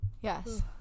Yes